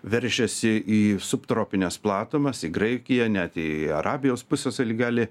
veržiasi į subtropines platumas į graikiją net į arabijos pusiasalį gali